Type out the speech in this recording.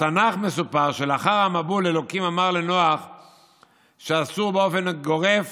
בתנ"ך מסופר שלאחר המבול אלוקים אמר לנח שאסור באופן גורף